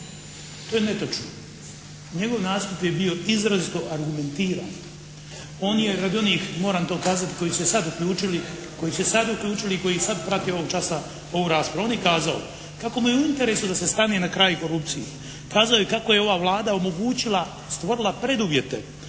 To je netočno. Njegov nastup je bio izrazito argumentiran. On je radi onih moram to kazati koji su se sad uključili i koji sad prate ovog časa ovu raspravu on je kazao kako mu je u interesu da se stane na kraj korupciji. Kazao je kako je i kako je ova Vlada omogućila, stvorila preduvjete